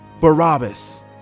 Barabbas